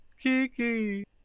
Kiki